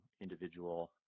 individual